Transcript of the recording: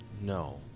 No